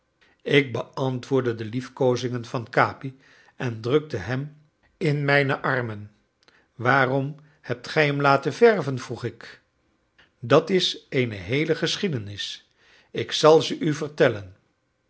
ik beantwoordde de liefkoozingen van capi en drukte hem in mijne armen waarom hebt gij hem laten verven vroeg ik dat is eene heele geschiedenis ik zal ze u vertellen